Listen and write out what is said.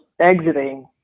exiting